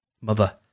mother